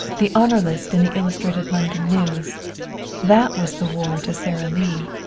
the honor list in the illustrated london news that was the war to sara lee.